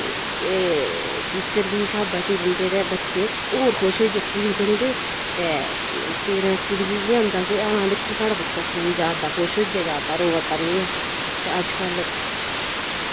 ते टीचर बी शाबाशी दिंदे ते बच्चे होर खुश होइयै स्कूल जंदे ते पेरैंटस बी इ'यै होंदा कि हां दिक्खो साढ़ा बच्चा स्कूल जा'रदा खुश होइयै जा'रदा रोआ दा निं ऐ ते अजकल्ल